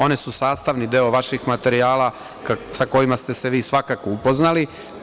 One su sastavni deo vaših materijala sa kojima ste se vi, svakako, upoznali.